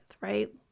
right